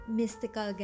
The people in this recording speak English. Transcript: mystical